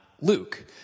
Luke